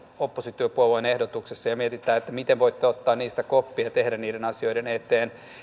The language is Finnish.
oppositiopuolueen ehdotuksessa ja mietitään miten voitte ottaa niistä koppia ja mitä tehdä niiden asioiden eteen